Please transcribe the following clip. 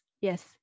Yes